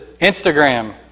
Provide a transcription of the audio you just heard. Instagram